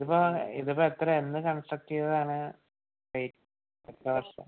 ഇതിപ്പോൾ ഇതിപ്പോൾ എത്ര എന്ന് കൺസ്ട്രക്ട് ചെയ്തതാണ് ഡേയ്റ്റ് എത്ര വർഷം